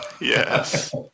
Yes